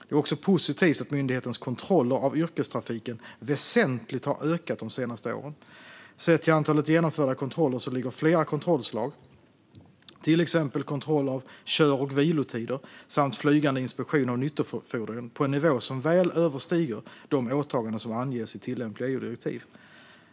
Det är också positivt att myndighetens kontroller av yrkestrafiken väsentligt har ökat de senaste åren. Sett till antalet genomförda kontroller ligger flera kontrollslag, till exempel kontroll av kör och vilotider samt flygande inspektion av nyttofordon, på en nivå som väl överstiger de åtaganden som anges i tillämpliga EU-direktiv.